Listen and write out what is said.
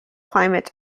climates